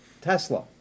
Tesla